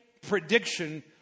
prediction